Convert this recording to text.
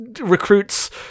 recruits